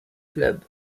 clubs